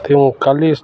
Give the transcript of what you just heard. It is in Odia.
ତେଣୁ କାଲି